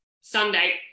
Sunday